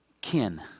kin